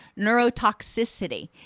neurotoxicity